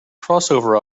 crossover